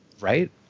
right